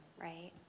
right